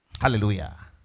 Hallelujah